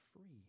free